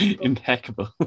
Impeccable